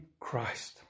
Christ